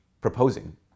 proposing